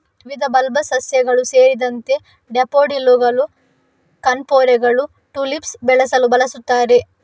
ವಿವಿಧ ಬಲ್ಬಸ್ ಸಸ್ಯಗಳು ಸೇರಿದಂತೆ ಡ್ಯಾಫೋಡಿಲ್ಲುಗಳು, ಕಣ್ಪೊರೆಗಳು, ಟುಲಿಪ್ಸ್ ಬೆಳೆಸಲು ಬಳಸುತ್ತಾರೆ